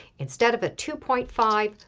instead of a two point five,